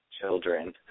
Children